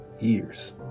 years